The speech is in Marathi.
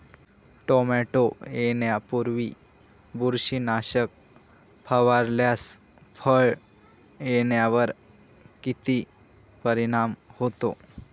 टोमॅटो येण्यापूर्वी बुरशीनाशक फवारल्यास फळ येण्यावर किती परिणाम होतो?